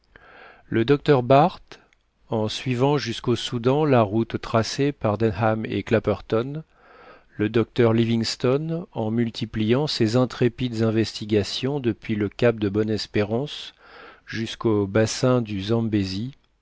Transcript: le docteur barth en suivant jusqu'au soudan la route tracée par denham et clapperton le docteur livingstone en multipliant ses intrépides investigations depuis le cap de bonne-espérance jusqu'au bassin du zambezi